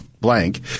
blank